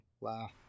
laugh